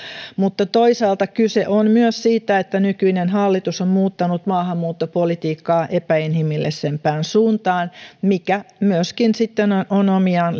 mutta toisaalta kyse on myös siitä että nykyinen hallitus on muuttanut maahanmuuttopolitiikkaa epäinhimillisempään suuntaan mikä myöskin sitten on on omiaan